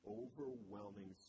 overwhelming